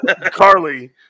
Carly